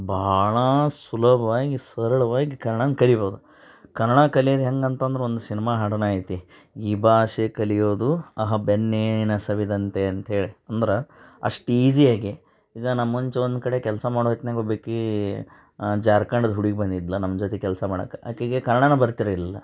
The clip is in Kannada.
ಭಾಳ ಸುಲಭವಾಗಿ ಸರಳವಾಗಿ ಕನ್ನಡನ್ನು ಕಲಿಯಬೋದು ಕನ್ನಡ ಕಲಿಯೋದು ಹೆಂಗೆ ಅಂತಂದ್ರೆ ಒಂದು ಸಿನ್ಮಾ ಹಾಡು ಐತಿ ಈ ಭಾಷೆ ಕಲಿಯೋದು ಆಹಾ ಬೆಣ್ಣೇನ ಸವಿದಂತೆ ಅಂತೇಳಿ ಅಂದ್ರೆ ಅಷ್ಟು ಈಝಿಯಾಗಿ ಈಗ ನಾನು ಮುಂಚೆ ಒಂದು ಕಡೆ ಕೆಲಸ ಮಾಡೋ ಹೊತ್ನಾಗ್ ಒಬ್ಬಕೀ ಝಾರ್ಕಂಡದ ಹುಡುಗಿ ಬಂದಿದ್ಲು ನಮ್ಮ ಜೊತೆ ಕೆಲಸ ಮಾಡಕ್ಕೆ ಆಕೆಗೆ ಕನ್ನಡಾನೆ ಬರ್ತಿರಲಿಲ್ಲ